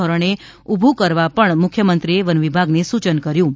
ધોરણે ઊભુ કરવા પણ મુખ્યમંત્રી એ વનવિભાગને સૂચન કર્યું છે